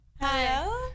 Hello